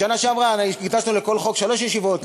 בשנה שעברה הקדשנו לכל ישיבה שלוש ישיבות,